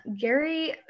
Gary